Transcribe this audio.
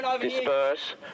disperse